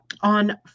on